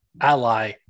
ally